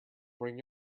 bring